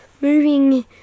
moving